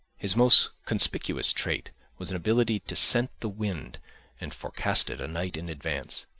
his most conspicuous trait was an ability to scent the wind and forecast it a night in advance.